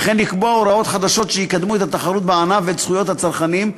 וכן לקבוע הוראות חדשות שיקדמו את התחרות בענף ואת זכויות הצרכנים,